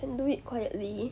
then do it quietly